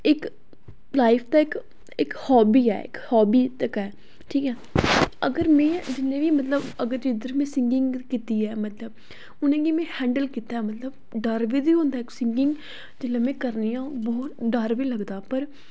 इक्क लाइफ दा इक्क इक्क हाबी ऐ हाबी तक्क ऐ ठीक ऐ अगर में मेरी मतलब अगर जिद्धर में सिंगिंग कीती ऐ मतलब उ'नेंगी में हैंडल कीता मतलब डर बी हुंदै सिंगिंग जेल्ले मैं करनी आं मिगी डर बी लगदा पर